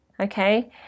okay